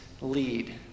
lead